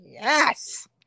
yes